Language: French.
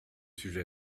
sujet